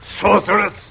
Sorceress